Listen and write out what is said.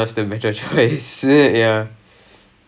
ya ya